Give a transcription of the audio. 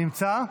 נמצא?